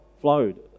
flowed